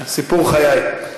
סיפור חיי.